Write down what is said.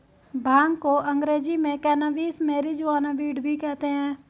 भांग को अंग्रेज़ी में कैनाबीस, मैरिजुआना, वीड भी कहते हैं